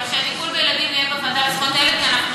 אבל שהטיפול בילדים יהיה בוועדה לזכויות הילד,